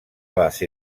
base